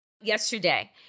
yesterday